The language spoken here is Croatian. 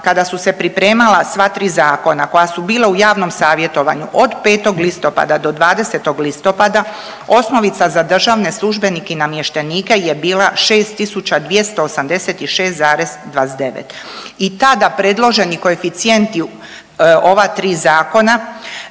kada su se pripremala sva tri zakona koja su bila u javnom savjetovanju, od 5. listopada do 20. listopada osnovica za državne službenike i namještenike je bila 6.286,29 i tada predloženi koeficijenti ova tri zakona